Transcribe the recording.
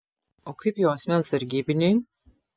o kaip jo asmens sargybiniai